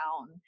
down